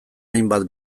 hainbat